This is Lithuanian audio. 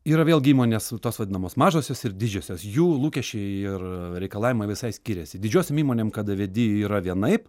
yra vėlgi įmonės tos vadinamos mažosios ir didžiosios jų lūkesčiai ir reikalavimai visai skiriasi didžiosiom įmonėm kada vedi yra vienaip